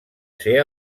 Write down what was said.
ser